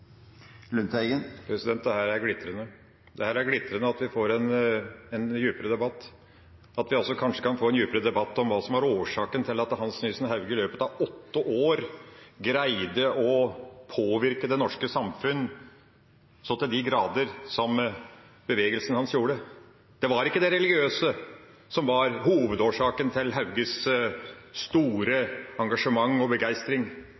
er glitrende. Det er glitrende at vi får en djupere debatt, at vi altså kanskje kan få en djupere debatt om hva som var årsaken til at Hans Nielsen Hauge i løpet av åtte år greide å påvirke det norske samfunn så til de grader som bevegelsen hans gjorde. Det var ikke det religiøse som var hovedårsaken til Hauges store engasjement og begeistring,